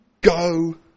Go